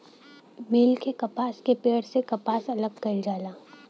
मिल में कपास के पेड़ से कपास अलग कईल जाला